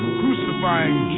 crucifying